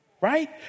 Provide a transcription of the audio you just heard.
right